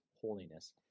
holiness